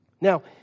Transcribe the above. Now